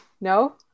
No